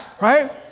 right